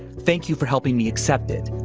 thank you for helping me accept it.